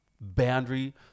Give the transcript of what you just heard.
boundary